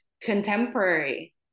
contemporary